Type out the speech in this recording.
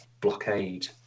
blockade